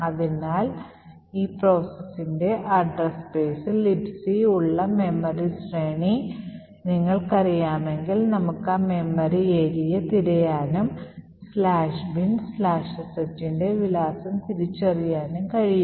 അതിനാൽ ഈ processന്റെ address spaceൽ Libc ഉള്ള മെമ്മറി ശ്രേണി നിങ്ങൾക്കറിയാമെങ്കിൽ നമുക്ക് ആ മെമ്മറി ഏരിയ തിരയാനും " binsh" ന്റെ വിലാസം തിരിച്ചറിയാനും കഴിയും